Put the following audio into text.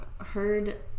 heard